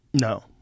No